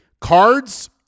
Cards